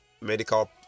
medical